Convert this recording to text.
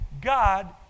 God